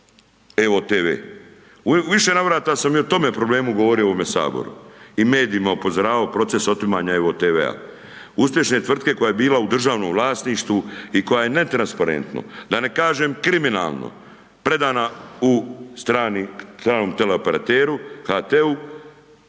EVO TV. U više navrata sa i o tome problemu govorio u ovomu saboru i medijima upozoravao proces otimanja EVO TV-a, uspješne tvrtke koja je bila u državnom vlasništvu i koja je netransparentno, da ne kažem kriminalno predana u strani, stranom teleoperateru HT-u.